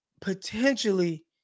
potentially